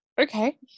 Okay